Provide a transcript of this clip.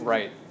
Right